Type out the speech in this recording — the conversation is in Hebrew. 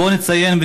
ובו נציין,